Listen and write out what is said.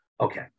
okay